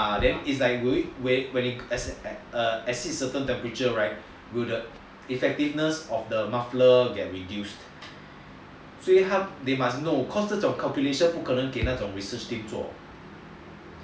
then is like if it exceeds certain temperature right will the effectiveness of the muffler get reduced 所以他 they must know cause the mission 不可能给那种 research team 做